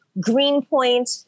Greenpoint